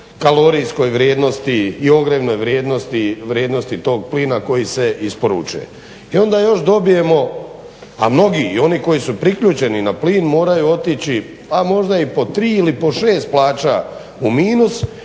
kalorijskoj vrijednosti i ogrjevnoj vrijednosti tog plina koji se isporučuje. I onda još dobijemo, a mnogi i oni koji su priključeni na plin moraju otići, a možda i po 3 ili po 6 plaća u minus